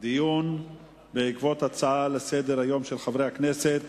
דיון בעקבות הצעות לסדר-היום של חברי הכנסת